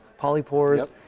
polypores